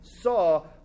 saw